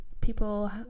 people